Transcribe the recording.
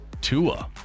Tua